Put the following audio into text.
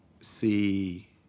see